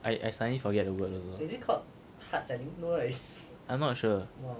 I I suddenly forget the word also I not sure